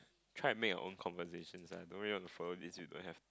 try and make your own conversations ah don't really want to follow this if you don't have